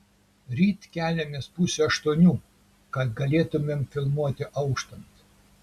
ryt keliamės pusę aštuonių kad galėtumėm filmuoti auštant